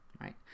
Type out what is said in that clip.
right